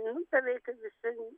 vieninteliai kad visi